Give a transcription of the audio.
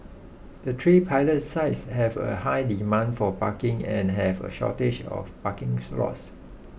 the three pilot sites have a high demand for parking and have a shortage of parkings lots